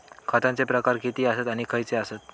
खतांचे प्रकार किती आसत आणि खैचे आसत?